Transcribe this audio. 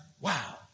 Wow